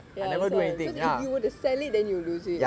ya that's why cause if you were to sell then you lose it ya